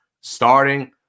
starting